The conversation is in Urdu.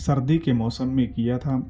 سردی کے موسم میں کیا تھا